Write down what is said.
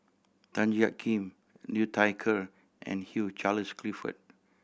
Tan Jiak Kim Liu Thai Ker and Hugh Charles Clifford